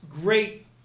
great